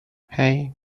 hey